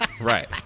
Right